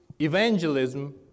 evangelism